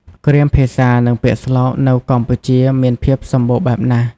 គ្រាមភាសានិងពាក្យស្លោកនៅកម្ពុជាមានភាពសម្បូរបែបណាស់។